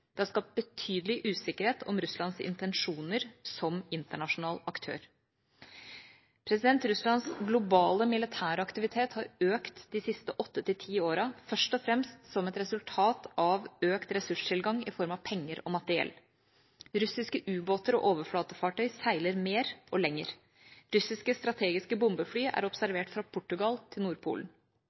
Det er skapt betydelig usikkerhet om Russlands intensjoner som internasjonal aktør. Russlands globale militære aktivitet har økt de siste åtte til ti åra først og fremst som et resultat av økt ressurstilgang i form av penger og materiell. Russiske ubåter og overflatefartøy seiler mer og lenger. Russiske strategiske bombefly er observert fra Portugal til Nordpolen.